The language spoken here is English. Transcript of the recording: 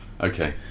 Okay